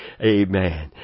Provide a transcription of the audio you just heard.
Amen